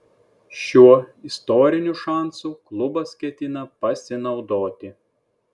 šiuo istoriniu šansu klubas ketina pasinaudoti